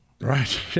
Right